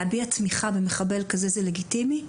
להביע תמיכה במחבל כזה זה לגיטימי?